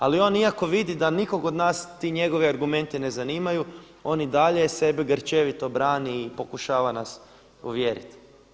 Ali on iako vidi da nikog od nas ti njegovi argumenti ne zanimaju on i dalje sebe grčevito brani i pokušava nas uvjeriti.